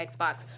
Xbox